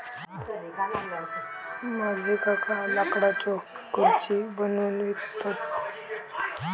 माझे काका लाकडाच्यो खुर्ची बनवून विकतत